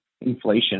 inflation